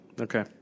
Okay